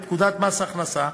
לפקודת מס הכנסה.